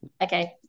Okay